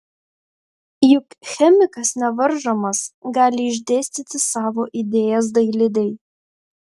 juk chemikas nevaržomas gali išdėstyti savo idėjas dailidei